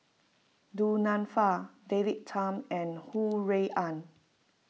Du Nanfa David Tham and Ho Rui An